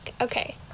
Okay